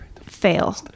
fail